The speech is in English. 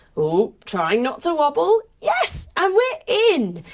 oop trying not to wobble. yes! and we're in!